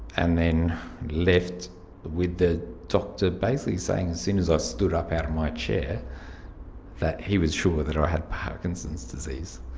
and then left with the doctor basically saying as soon as i stood up out of my chair that he was sure that i had parkinson's disease.